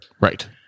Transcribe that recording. right